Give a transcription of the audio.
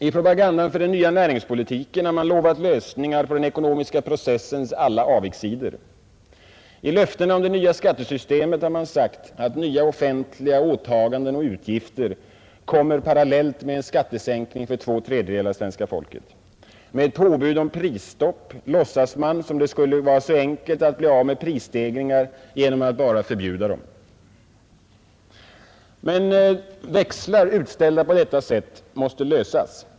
I propagandan för den nya näringspolitiken har man lovmt lösningar på den ekonomiska processens alla avigsidor. I löftena om det nya skattesystemet har man sagt att nya offentliga åtaganden och utgifter kommer parallellt med en skattesänkning för två tredjedelar av svenska folket. Med påbud om prisstopp låtsas man som om det vore så enkelt att bli av med prisstegringar som att bara förbjuda dem. Men växlar, utställda på detta sätt, måste inlösas.